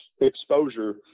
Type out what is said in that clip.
exposure